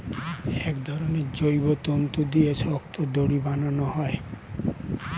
এক ধরনের জৈব তন্তু দিয়ে শক্ত দড়ি বানানো হয়